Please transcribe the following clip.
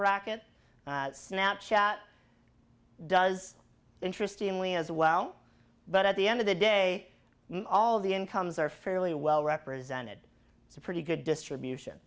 bracket snap chat does interesting lee as well but at the end of the day all of the incomes are fairly well represented it's a pretty good distribution